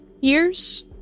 years